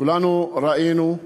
כולנו ראינו,